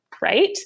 Right